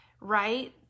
right